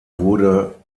wurde